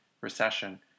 recession